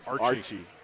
Archie